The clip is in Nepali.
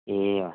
ए अँ